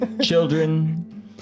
children